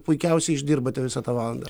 puikiausiai išdirbate visą tą valandą